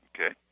Okay